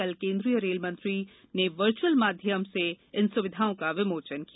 कल केन्द्रीय रेल मंत्री वर्चुअल माध्यम के जरिए इन सुविधाओं का विमोचन किया